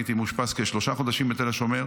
הייתי מאושפז כשלושה חודשים בתל השומר,